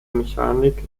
mechanik